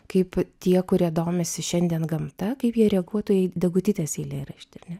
kaip tie kurie domisi šiandien gamta kaip jie reaguotų į degutytės eilėraštį ar ne